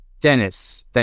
Dennis